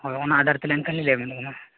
ᱦᱳᱭ ᱚᱱᱟ ᱟᱫᱷᱟᱨᱛᱮ ᱮᱱᱠᱷᱟᱱᱞᱤᱧ ᱞᱟᱹᱭ ᱟᱵᱮᱱ ᱠᱟᱱᱟ